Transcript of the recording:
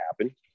happen